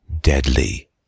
deadly